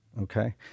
Okay